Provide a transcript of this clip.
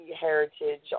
heritage